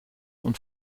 und